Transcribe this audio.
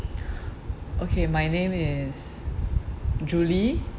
okay my name is julie